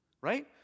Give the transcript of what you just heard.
Right